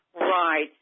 Right